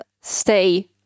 stay